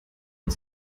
und